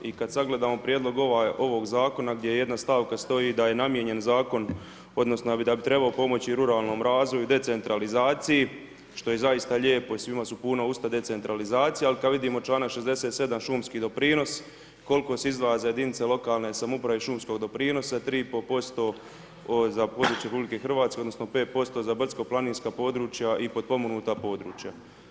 I kada sagledamo prijedlog ovog zakona gdje jedna stavka stoji da je namijenjen zakon odnosno da bi trebao pomoći ruralnom razvoju i decentralizaciji što je zaista lijepo i svima su puna usta decentralizacije, ali kada vidimo članak 67. šumski doprinos koliko se izdvaja za jedinica lokalne samouprave iz šumskog doprinosa 3,5% za područje RH odnosno 5% za brdsko planinska područja i potpomognuta područja.